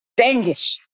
dangish